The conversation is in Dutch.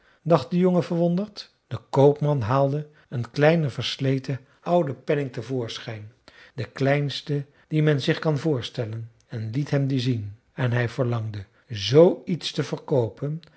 dacht de jongen verwonderd de koopman haalde een kleinen versleten ouden penning te voorschijn den kleinsten dien men zich kan voorstellen en liet hem dien zien en hij verlangde z iets te verkoopen